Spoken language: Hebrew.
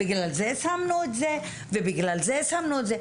בגלל זה שמנו את זה ובגלל זה שמנו את זה.